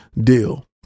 deal